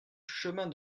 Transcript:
chemin